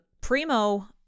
Primo